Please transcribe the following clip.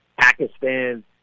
Pakistan